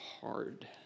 hard